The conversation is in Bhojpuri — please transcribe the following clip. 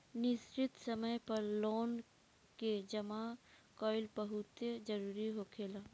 निश्चित समय पर लोन के जामा कईल बहुते जरूरी होखेला